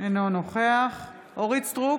אינו נוכח אורית מלכה סטרוק,